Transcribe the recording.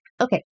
Okay